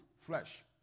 flesh